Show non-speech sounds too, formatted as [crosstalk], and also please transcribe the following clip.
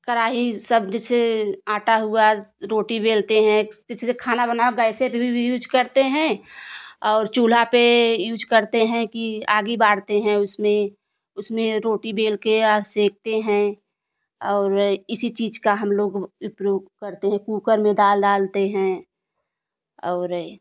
कराही शब्द से आटा हुआ रोटी बेलते हैं [unintelligible] से खाना बनाओ गैसे पे भी यूज़ करते हैं और चूल्हा पे यूज़ करते हैं कि आगी बारते हैं उसमें उसमें रोटी बेल के आग सकते हैं और इसी चीज का हम लोग उपयोग करते हैं कुकर में दाल डालते हैं और